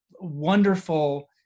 wonderful